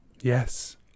Yes